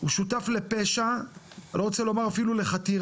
הוא שותף לפשע, אני לא רוצה לומר אפילו לחתירה,